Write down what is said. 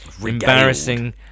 embarrassing